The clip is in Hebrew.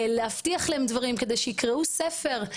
להבטיח להם דברים כדי שיקראו ספר.